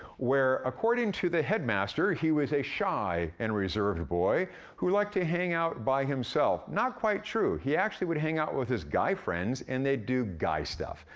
where, according to the headmaster, he was a shy and reserved boy who liked to hang out by himself. not quite true he actually would hang out with his guy friends, and they'd do guy stuff.